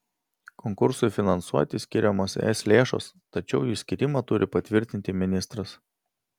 konkursui finansuoti skiriamos es lėšos tačiau jų skyrimą turi patvirtinti ministras